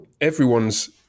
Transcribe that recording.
everyone's